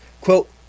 quote